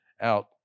out